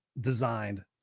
designed